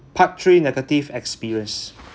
part three negative experience